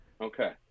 Okay